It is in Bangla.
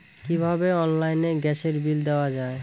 কিভাবে অনলাইনে গ্যাসের বিল দেওয়া যায়?